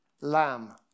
lamb